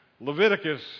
Leviticus